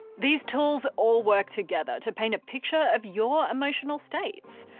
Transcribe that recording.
these tools all work together to paint a picture of your emotional state.